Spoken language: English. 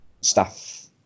staff